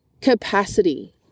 capacity